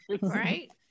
Right